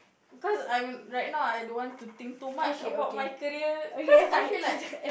cause I'm right now I don't want to think too much about my career cause I feel like